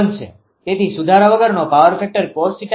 તેથી સુધારા વગરનો પાવર ફેક્ટર cos𝜃 છે